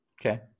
Okay